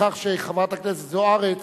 שחברת הכנסת זוארץ,